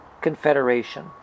Confederation